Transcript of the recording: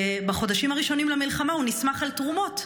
בחודשים הראשונים למלחמה הוא נסמך על תרומות.